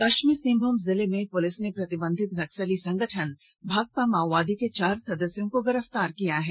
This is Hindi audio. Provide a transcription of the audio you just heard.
पश्चिमी सिंहभूम जिले में पुलिस ने प्रतिबंधित नक्सली संगठन भाकपा माओवादी के चार सदस्यों को गिरफ्तार किया है